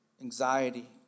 anxiety